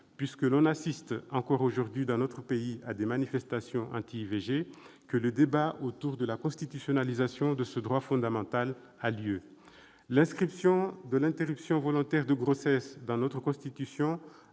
national- on assiste encore aujourd'hui, dans notre pays, à des manifestations anti-IVG -, qu'a lieu ce débat sur la constitutionnalisation de ce droit fondamental. L'inscription de l'interruption volontaire de grossesse dans notre Constitution